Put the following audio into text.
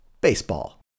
baseball